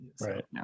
Right